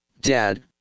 dad